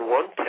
one